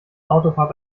autofahrt